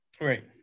Right